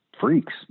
Freaks